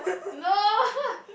no